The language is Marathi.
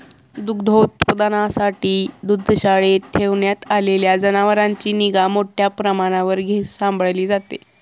दुग्धोत्पादनासाठी दुग्धशाळेत ठेवण्यात आलेल्या जनावरांची निगा मोठ्या प्रमाणावर सांभाळली जाते